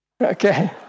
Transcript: Okay